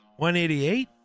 188